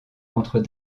contre